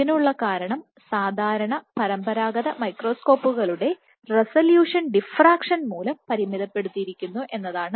ഇതിനുള്ള കാരണം സാധാരണ പരമ്പരാഗത മൈക്രോസ്കോപ്പുകളുടെ റെസലൂഷൻ ഡിഫ്രാക്ഷൻ മൂലം പരിമിതപ്പെടുത്തിയിരിക്കുന്നു എന്നതാണ്